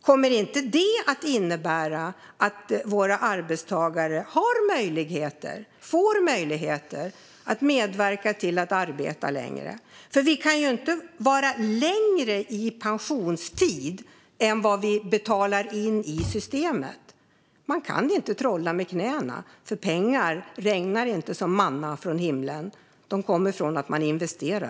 Kommer detta inte att innebära att våra arbetstagare får möjligheten att arbeta längre? Vi kan ju inte få en pensionstid som är längre än vad vi betalar in till systemet. Man kan inte trolla med knäna. Pengar regnar inte som manna från himlen. De kommer av att man investerar.